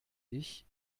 ich